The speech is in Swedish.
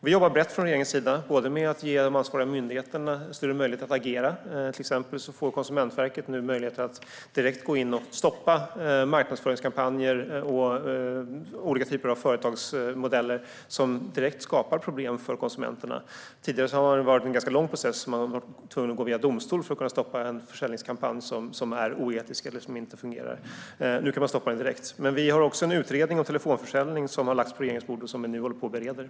Vi jobbar brett från regeringens sida med att ge de ansvariga myndigheterna större möjlighet att agera. Till exempel får Konsumentverket nu möjligheter att direkt gå in och stoppa marknadsföringskampanjer och olika typer av företagsmodeller som direkt skapar problem för konsumenterna. Tidigare har det varit en ganska lång process. Man har varit tvungen att gå via domstol för att kunna stoppa en försäljningskampanj som är oetisk eller som inte fungerar. Nu kan man stoppa den direkt. Vi har också en utredning om telefonförsäljning som har lagts på regeringens bord och som vi nu håller på att bereda.